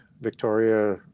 Victoria